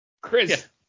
Chris